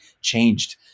changed